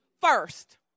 First